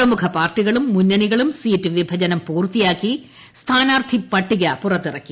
പ്രമുഖ പാർട്ടികളും മുന്നണികളും സീറ്റ് വിഭജനം പൂർത്തിയാക്കി സ്ഥാനാർത്ഥിപട്ടിക പുറത്തിറക്കി